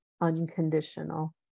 unconditional